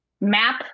map